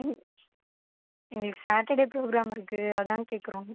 எங்களுக்கு Saturday programme இருக்குது அதுதான் கேட்கறோம்